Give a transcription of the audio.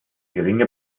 geringe